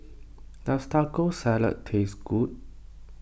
does Taco Salad taste good